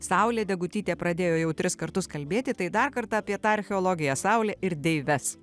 saulė degutytė pradėjo jau tris kartus kalbėti tai dar kartą apie tą archeologiją saulę ir deives